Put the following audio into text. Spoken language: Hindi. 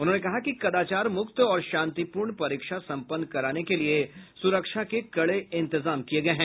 उन्होंने कहा कि कदाचार मुक्त और शांतिपूर्ण परीक्षा संपन्न कराने के लिए सुरक्षा के कड़े इंतजाम किये गये हैं